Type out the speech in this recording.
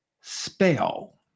spell